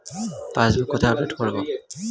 Passbook কোথায় update করব?